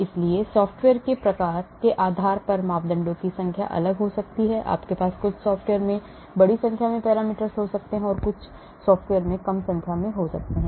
इसलिए सॉफ्टवेयर के प्रकार के आधार पर मापदंडों की संख्या भिन्न हो सकती है और आपके पास कुछ सॉफ़्टवेयर में बड़ी संख्या में पैरामीटर हो सकते हैं और कुछ सॉफ़्टवेयर में कम संख्या हो सकती है